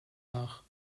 nach